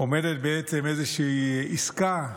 עומדת בעצם איזושהי עסקה,